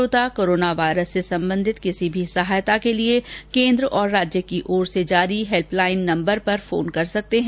श्रोता corona virus से संबंधित किसी भी सहायता के लिए केन्द्र और राज्य की ओर से जारी हेल्प लाइन नम्बर पर फोन कर सकते हैं